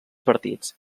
partits